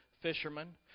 fishermen